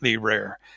rare